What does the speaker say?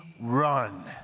run